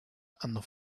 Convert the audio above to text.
and